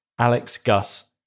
alexgus